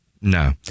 No